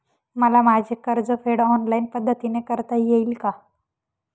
मला माझे कर्जफेड ऑनलाइन पद्धतीने करता येईल का?